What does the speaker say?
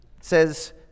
says